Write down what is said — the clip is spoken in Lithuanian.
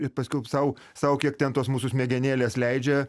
ir paskiau sau sau kiek ten tos mūsų smegenėlės leidžia